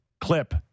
clip